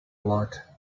lot